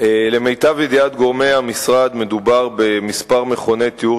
למיטב ידיעת גורמי המשרד מדובר בכמה מכוני טיהור